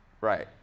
right